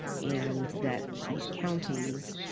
and that these counties